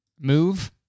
move